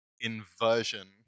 inversion